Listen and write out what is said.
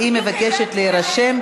קובעת